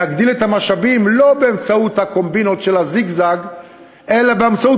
נגדיל את המשאבים לא באמצעות הקומבינות של הזיגזג אלא באמצעות